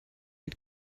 had